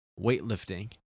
weightlifting